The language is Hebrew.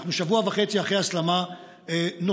אנחנו שבוע וחצי אחרי הסלמה נוספת,